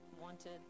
wanted